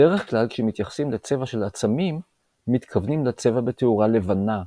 בדרך כלל כשמתייחסים לצבע של עצמים מתכוונים לצבע בתאורה "לבנה"